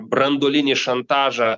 branduolinį šantažą